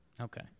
Okay